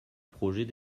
projet